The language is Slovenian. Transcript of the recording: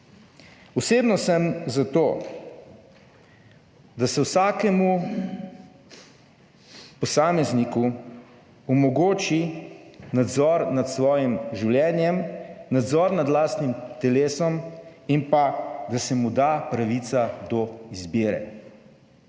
Osebno sem za to, da se vsakemu posamezniku omogoči nadzor nad svojim življenjem, nadzor nad lastnim telesom in pa da se mu da pravica do izbire.